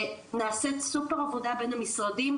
ונעשית סופר עבודה בין המשרדים,